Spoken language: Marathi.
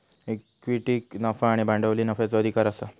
इक्विटीक नफा आणि भांडवली नफ्याचो अधिकार आसा